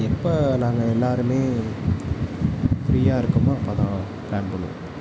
எப்போ நாங்கள் எல்லாேருமே ஃப்ரீயாக இருக்கமோ அப்போ தான் ப்ளான் பண்ணுவோம்